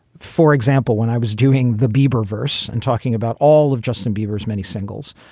for example, when i was doing the bieber verse and talking about all of justin bieber's many singles,